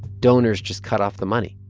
donors just cut off the money?